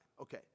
Okay